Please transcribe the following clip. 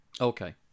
Okay